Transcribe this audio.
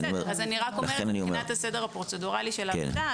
אני אומרת את הסדר הפרוצדורלי של הוועדה.